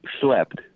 slept